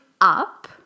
up